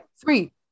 Three